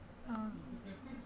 oh